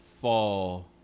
fall